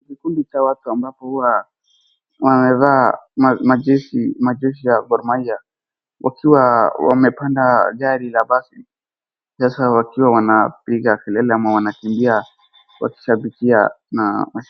Kikundi cha watu ambapi huwa wamevaa majezi ya Gor Mahia wakiwa wamepanda gari la basi sasa wakiwa wanapiga kelele ama wanakimbia wakishabikia na.